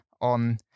on